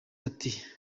ati